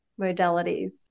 modalities